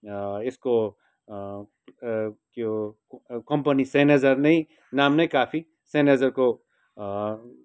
यसको यो कम्पनी सेनेजर नै नाम नै काफी सेनेजरको